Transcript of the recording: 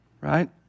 right